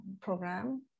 program